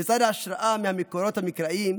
לצד ההשראה מהמקורות המקראיים,